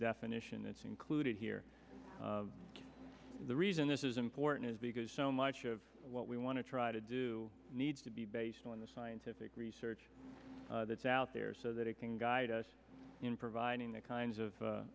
definition it's included here the reason this is important is because so much of what we want to try to do needs to be based on the scientific research that's out there so that it can guide us in providing the kinds of